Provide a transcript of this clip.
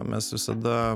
mes visada